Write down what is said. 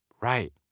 Right